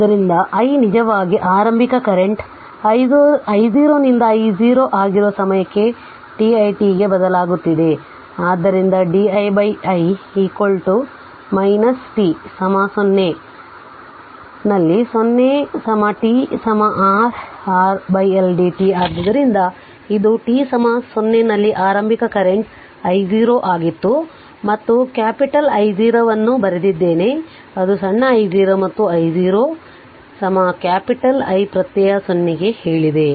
ಆದ್ದರಿಂದ i ನಿಜವಾಗಿ ಆರಂಭಿಕ ಕರೆಂಟ್ I0 ನಿಂದ I0 ಆಗಿರುವ ಸಮಯ t ಮತ್ತು i ಗೆ ಬದಲಾಗುತ್ತಿದೆ ಆದ್ದರಿಂದ di i ಇದು t 0 ನಲ್ಲಿ 0 t t R L dt ಆದ್ದರಿಂದ ಇದು t 0 ನಲ್ಲಿ ಆರಂಭಿಕ ಕರೆಂಟ್ I0 ಆಗಿತ್ತು ಮತ್ತು ಕ್ಯಾಪಿಟಲ್ I0 ಅನ್ನು ಬರೆದಿದ್ದೇನೆ ಅದು ಸಣ್ಣ I0 ಮತ್ತು I0 ಕ್ಯಾಪಿಟಲ್ I ಪ್ರತ್ಯಯ 0 ಗೆ ಹೇಳಿದೆ